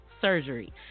surgery